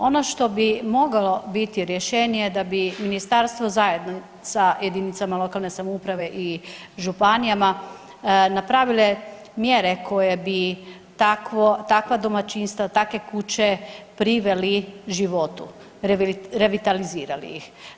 Ono što bi moglo biti rješenje da bi ministarstvo zajedno sa jedinicama lokalne samouprave i županijama napravile mjere koje bi takva domaćinstva, takve kuće priveli životu, revitalizirali ih.